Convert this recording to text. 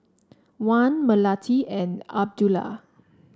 Wan Melati and Abdullah